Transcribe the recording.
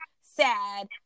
sad